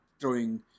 throwing